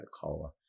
Cola